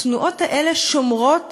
התנועות האלה שומרות